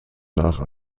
nach